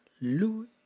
Louis